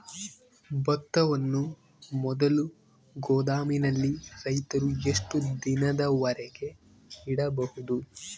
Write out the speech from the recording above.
ಭತ್ತವನ್ನು ಮೊದಲು ಗೋದಾಮಿನಲ್ಲಿ ರೈತರು ಎಷ್ಟು ದಿನದವರೆಗೆ ಇಡಬಹುದು?